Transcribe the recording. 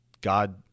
God